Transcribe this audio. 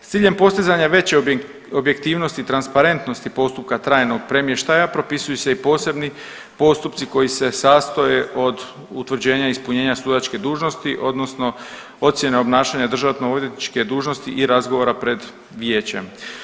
S ciljem postizanja veće objektivnosti i transparentnosti postupka trajnog premještaja propisuju se i posebni postupci koji se sastoje od utvrđenja ispunjenja sudačke dužnosti odnosno ocjene obnašanja državnoodvjetničke dužnosti i razgovora pred vijećem.